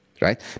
Right